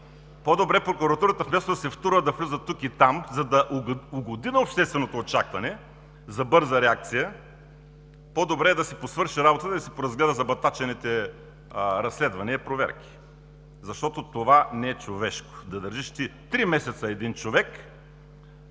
Вместо Прокуратурата да се втурва, да влиза тук и там, за да угоди на общественото очакване за бърза реакция, по-добре е да си посвърши работата и да си поразгледа забатачените разследвания и проверки. Защото това не е човешко – да държиш ти три месеца един човек